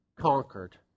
conquered